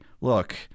look